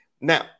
Now